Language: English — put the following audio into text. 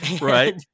Right